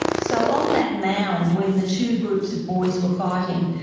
so on that mound when the two groups of boys were fighting,